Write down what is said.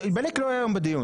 בליאק לא היה היום בדיון.